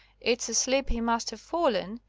it's asleep he must have fallen,